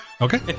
Okay